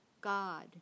God